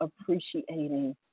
appreciating